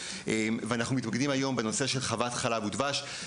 ואנחנו מתמקדים היום בנושא של חוות ׳חלב ודבש׳.